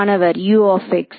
மாணவர் U of x